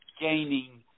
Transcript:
gaining